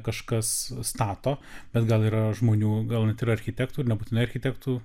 kažkas stato bet gal yra žmonių gal net ir architektų ir nebūtinai architektų